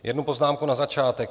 Jednu poznámku na začátek.